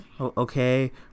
okay